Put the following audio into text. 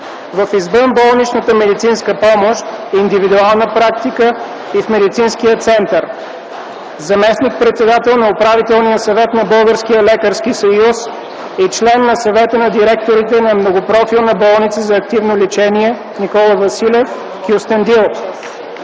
в извънболничната медицинска помощ, индивидуална практика и в медицински център. Заместник министър-председател на Управителния съвет на Българския лекарски съюз и член на Съвета на директорите на Многопрофилната болница за активно лечение „Никола Василев” – Кюстендил.